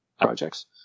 projects